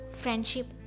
friendship